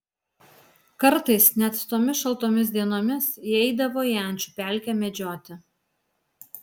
kartais net tomis šaltomis dienomis jie eidavo į ančių pelkę medžioti